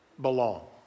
belong